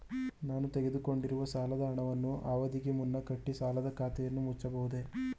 ನಾನು ತೆಗೆದುಕೊಂಡಿರುವ ಸಾಲದ ಹಣವನ್ನು ಅವಧಿಗೆ ಮುನ್ನ ಕಟ್ಟಿ ಸಾಲದ ಖಾತೆಯನ್ನು ಮುಚ್ಚಬಹುದೇ?